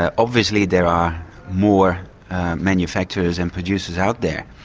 ah obviously there are more manufacturers and producers out there.